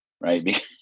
right